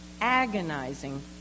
agonizing